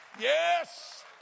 Yes